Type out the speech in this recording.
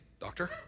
doctor